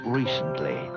recently